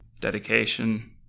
dedication